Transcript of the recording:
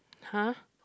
!huh!